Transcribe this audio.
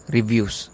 Reviews